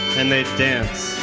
and they danced.